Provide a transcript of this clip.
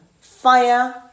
fire